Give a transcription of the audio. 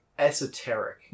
esoteric